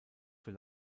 für